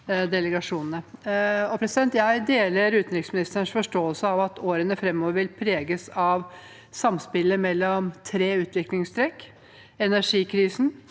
delegasjonene. Jeg deler utenriksministerens forståelse av at årene framover vil preges av samspillet mellom tre utviklingstrekk: energikrisen,